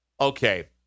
okay